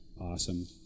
awesome